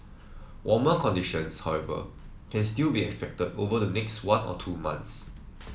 warmer conditions however can still be expected over the next one or two months